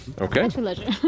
Okay